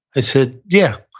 i said, yeah.